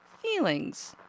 feelings